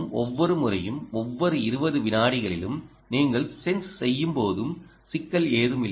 ஒவ்வொரு முறையும் ஒவ்வொரு 20 விநாடிகளிலும் நீங்கள் சென்ஸ் செய்யும் போதும் சிக்கல் ஏதுமில்லை